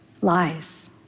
lies